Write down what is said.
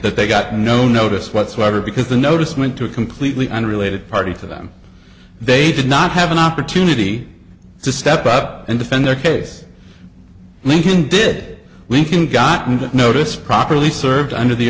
that they got no notice whatsoever because the notice went to a completely unrelated party to them they did not have an opportunity to step up and defend their case lincoln did lincoln gotten that notice properly served under the